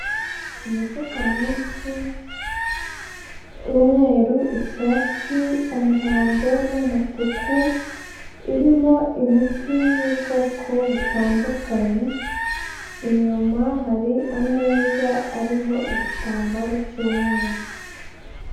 Imifuka myinshi w'umweru, icyatsi, umuhondo n'umutuku, irimo imiti y'ubwoko butandukanye, inyuma hari ameza ariho igitambaro cy'umweru.